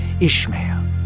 Ishmael